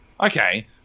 okay